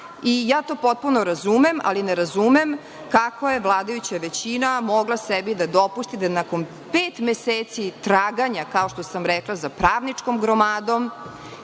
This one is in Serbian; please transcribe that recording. prava. Potpuno to razumem, ali ne razumem kako je vladajuća većina mogla sebi da dopusti da nakon pet meseci traganja, kao što sam rekla, za pravničkom gromadom